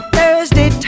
Thursday